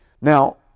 Now